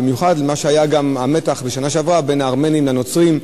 במיוחד בגלל המתח שהיה בשנה שעברה בין הארמנים לנוצרים,